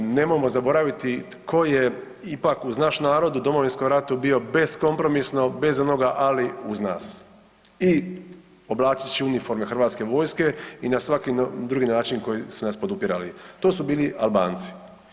Nemojmo zaboraviti tko je ipak uz naš narod u Domovinskom ratu bio beskompromisno, bez onoga ali uz nas i oblačeći uniforme hrvatske vojske i na svaki drugi način na koji su nas podupirali, to su bili Albanci.